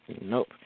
Nope